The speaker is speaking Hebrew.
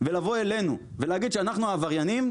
לבוא אלינו ולהגיד שאנחנו עבריינים,